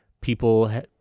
people